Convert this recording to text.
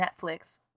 netflix